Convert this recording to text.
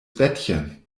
bettchen